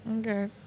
Okay